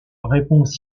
répondit